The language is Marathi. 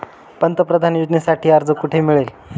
पंतप्रधान योजनेसाठी अर्ज कुठे मिळेल?